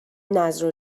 نذر